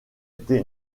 été